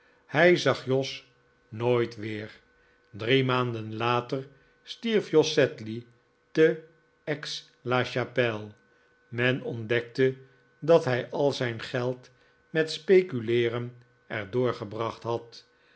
hij zag jos nooit weer drie maanden later stierf jos sedley te aix la chapelle men ontdekte dat hij al zijn geld met speculeeren er doorgebracht had